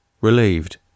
Relieved